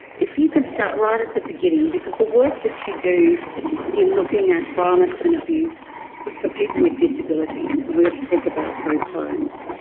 if you could start right at the beginning because the work that you do in looking at violence and abuse for people with disability, and we're going to talk about group homes,